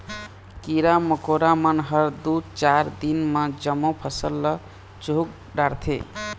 कीरा मकोरा मन ह दूए चार दिन म जम्मो फसल ल चुहक डारथे